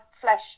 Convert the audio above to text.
flesh